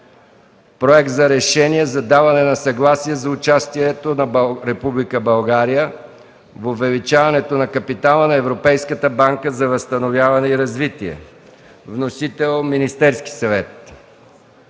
Проект за решение за даване на съгласие за участието на Република България в увеличаването на капитала на Европейската банка за възстановяване и развитие, вносител – Министерският съвет.